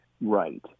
right